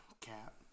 Cap